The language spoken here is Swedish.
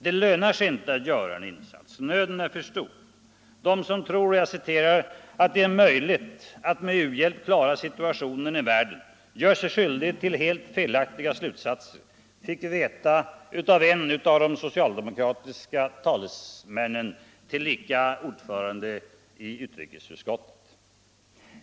Det lönar sig inte att göra en insats, nöden är för stor. Den som tror ”att det är möjligt att med u-hjälp klara situationen i världen, gör —-—-- sig skyldiga till helt felaktiga slutsatser”. Det fick vi veta av en av de socialdemokratiska talesmännen, tillika ordförande i utrikesutskottet.